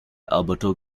alberto